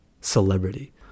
celebrity